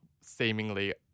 seemingly